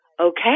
okay